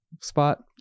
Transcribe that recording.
spot